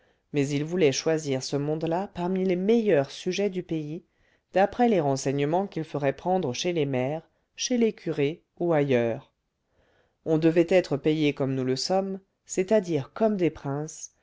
mais il voulait choisir ce monde-là parmi les meilleurs sujets du pays d'après les renseignements qu'il ferait prendre chez les maires chez les curés ou ailleurs on devait être payé comme nous le sommes c'est-à-dire comme des princes